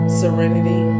serenity